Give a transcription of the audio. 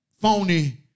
phony